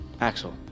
Axel